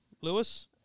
Lewis